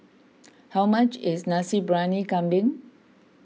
how much is Nasi Briyani Kambing